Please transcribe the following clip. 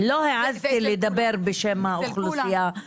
שלושה-ארבעה אנשים?